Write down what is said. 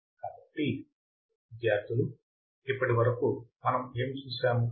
కాబట్టి అబ్బాయిలు ఇప్పటి వరకు మనం ఏమి చూశాము